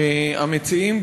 המציעים,